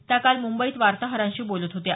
त्या काल मुंबईत वार्ताहरांशी बोलत होत्या